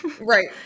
Right